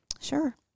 Sure